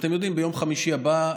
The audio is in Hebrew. אתם יודעים שביום חמישי הבא,